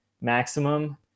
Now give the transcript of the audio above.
maximum